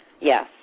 Yes